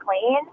clean